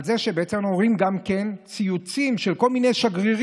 זה שרואים ציוצים של כל מיני שגרירים,